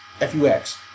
F-U-X